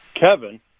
Kevin